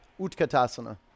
Utkatasana